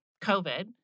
COVID